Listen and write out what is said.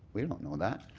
we don't know that.